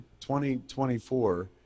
2024